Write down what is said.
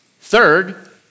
Third